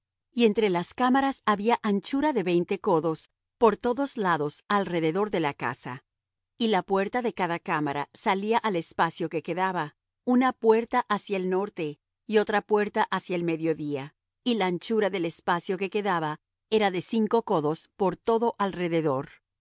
y entre las cámaras había anchura de veinte codos por todos lados alrededor de la casa y la puerta de cada cámara salía al espacio que quedaba una puerta hacia el norte y otra puerta hacia el mediodía y la anchura del espacio que quedaba era de cinco codos por todo alrededor